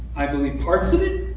i believe parts of it?